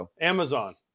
Amazon